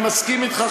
אני מסכים אתך,